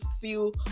feel